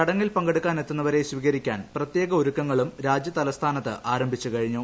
ചടങ്ങിൽ പങ്കെടുക്കാൻ എത്തുന്നവരെ സ്വീകരിക്കാൻ പ്രത്യേക ഒരുക്കങ്ങളും രാജ്യതലസ്ഥാനത്ത് ആരംഭിച്ചുകഴിഞ്ഞു